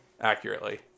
accurately